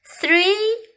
three